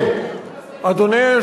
קיבלתי את, הבעיה היא לא ביועץ המשפטי.